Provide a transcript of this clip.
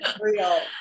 real